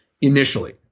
initially